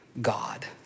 God